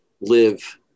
live